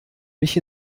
mich